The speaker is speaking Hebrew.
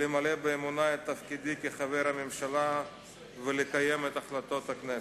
למלא באמונה את תפקידי כחבר הממשלה ולקיים את החלטות הכנסת.